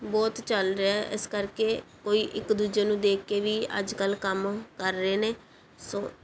ਬਹੁਤ ਚੱਲ ਰਿਹਾ ਇਸ ਕਰਕੇ ਕੋਈ ਇੱਕ ਦੂਜੇ ਨੂੰ ਦੇਖ ਕੇ ਵੀ ਅੱਜ ਕੱਲ੍ਹ ਕੰਮ ਕਰ ਰਹੇ ਨੇ ਸੋ